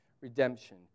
redemption